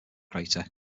crater